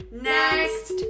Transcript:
Next